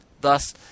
Thus